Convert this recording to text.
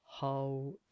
How